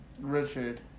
Richard